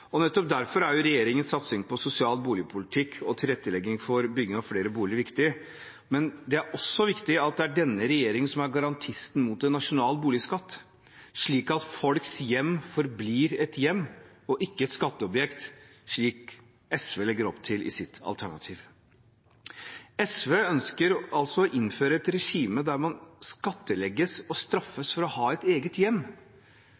egen. Nettopp derfor er regjeringens satsing på sosial boligpolitikk og tilrettelegging for bygging av flere boliger viktig. Det er også viktig at det er denne regjeringen som er garantisten mot en nasjonal boligskatt, slik at folks hjem forblir et hjem og ikke et skatteobjekt, slik SV legger opp til i sitt alternativ. SV ønsker altså å innføre et regime der man skattlegges og